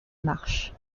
marche